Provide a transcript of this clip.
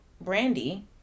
Brandy